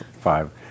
five